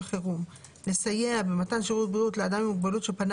החירום לסייע במתן שירות בריאות לאדם עם מוגבלות שפנה